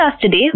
today